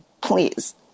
please